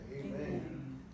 Amen